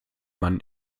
mann